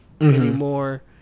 anymore